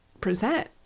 present